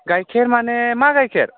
गाइखेर माने मा गाइखेर